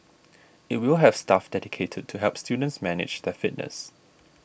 it will have staff dedicated to help students manage their fitness